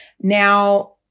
Now